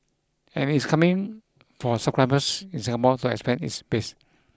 and it is coming for subscribers in Singapore to expand its base